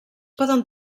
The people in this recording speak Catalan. poden